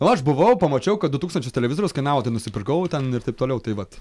o aš buvau pamačiau kad du tūkstančius televizorius kainavo tai nusipirkau ten ir taip toliau tai vat